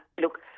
Look